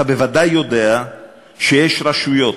אתה בוודאי יודע שיש רשויות,